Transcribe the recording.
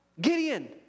Gideon